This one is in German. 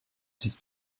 des